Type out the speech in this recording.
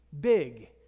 big